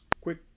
quick